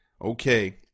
Okay